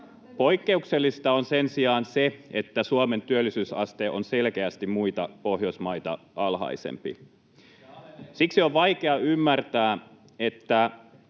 Poikkeuksellista on sen sijaan se, että Suomen työllisyysaste on selkeästi muita Pohjoismaita alhaisempi. [Välihuuto vasemmalta]